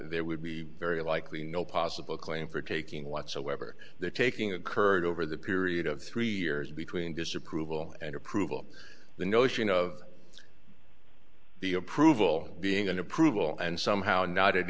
there would be very likely no possible claim for taking whatsoever they're taking occurred over the period of three years between disapproval and approval the notion of the approval being an approval and somehow not a